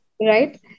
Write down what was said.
Right